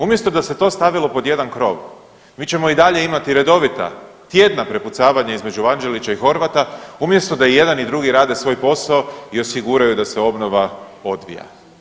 Umjesto da se to stavilo pod jedan krov mi ćemo i dalje imati redovita tjedna prepucavanja između Vanđelića i Horvata umjesto da jedan i drugi rade svoj posao i osiguraju da se obnova odvija.